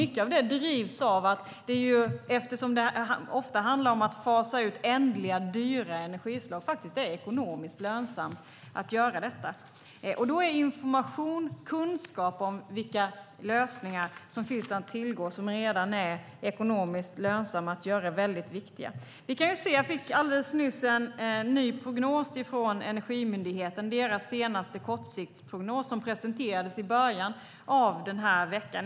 Mycket drivs av att det, eftersom det ofta handlar om att fasa ut ändliga, dyra energislag, faktiskt är ekonomiskt lönsamt att göra detta. Då är information och kunskap om vilka lösningar som finns att tillgå och som redan är ekonomiskt lönsamma att göra väldigt viktiga. Jag fick alldeles nyss en ny prognos från Energimyndigheten. Det var deras senaste kortsiktsprognos som presenterades i början av den här veckan.